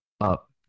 up